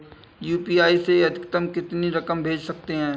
UPI से अधिकतम कितनी रकम भेज सकते हैं?